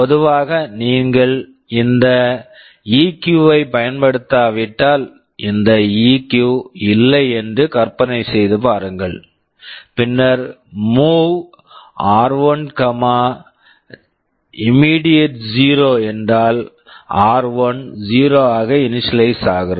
பொதுவாக நீங்கள் இந்த இகிவ் EQ ஐப் பயன்படுத்தாவிட்டால் இந்த இகிவ் EQ இல்லை என்று கற்பனை செய்து பாருங்கள் பின்னர் மூவ் MOV r10 என்றால் ஆர்1 r1 0 ஆக இனிஸியலைஸ் initialize ஆகிறது